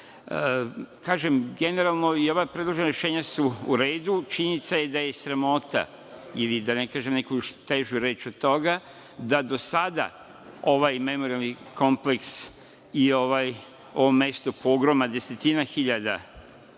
Kažem, generalno i ova predložena rešenja su u redu. Činjenica je da je sramota, i da ne kažem još neku težu reč od toga, da do sada ovaj Memorijalni kompleks i ovo mesto pogroma desetine hiljada,